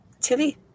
Tilly